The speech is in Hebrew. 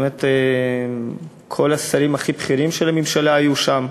ובאמת כל השרים הכי בכירים של הממשלה היו שם.